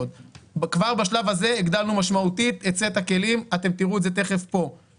כבר בשלב הזה הגדלנו משמעותית את סט הכלים ותכף תראו את זה במצגת